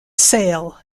sail